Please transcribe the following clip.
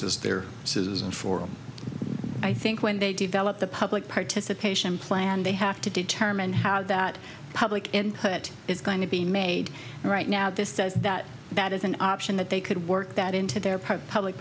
there says and for i think when they develop the public participation plan they have to determine how that public input is going to be made right now this says that that is an option that they could work that into their public